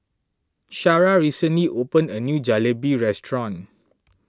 Shara recently opened a new Jalebi restaurant